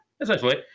essentially